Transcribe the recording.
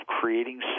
creating